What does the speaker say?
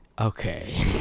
Okay